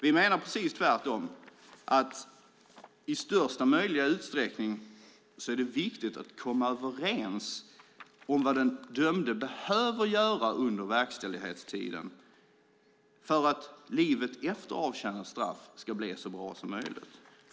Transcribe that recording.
Vi menar precis tvärtom att det i största möjliga utsträckning är viktigt att komma överens om vad den dömde behöver göra under verkställighetstiden för att livet efter avtjänat straff ska bli så bra som möjligt.